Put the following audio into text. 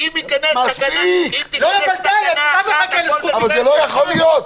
זה לא יכול להיות.